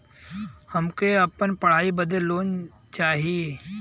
हमके अपने पढ़ाई बदे लोन लो चाही?